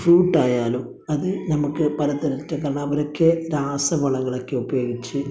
ഫ്രൂട്ടായാലും അത് നമുക്ക് രാസവളങ്ങളൊക്കെ ഉപയോഗിച്ച്